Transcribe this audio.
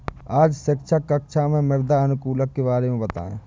आज शिक्षक कक्षा में मृदा अनुकूलक के बारे में बताएं